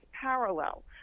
parallel